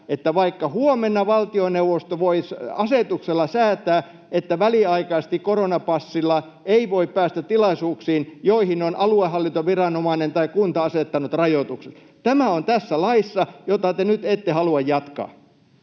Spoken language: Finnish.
että vaikka huomenna valtioneuvosto voisi asetuksella säätää, että väliaikaisesti koronapassilla ei voi päästä tilaisuuksiin, joihin on aluehallintoviranomainen tai kunta asettanut rajoitukset. Tämä on tässä laissa, jota te nyt ette halua jatkaa.